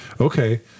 Okay